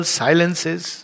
silences